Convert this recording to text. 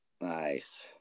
Nice